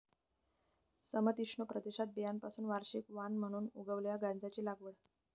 समशीतोष्ण प्रदेशात बियाण्यांपासून वार्षिक वाण म्हणून उगवलेल्या गांजाची लागवड